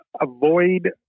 avoid